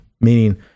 Meaning